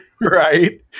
Right